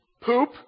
poop